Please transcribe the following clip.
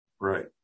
Right